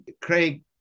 Craig